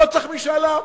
לא צריך משאל עם.